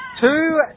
two